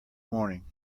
morning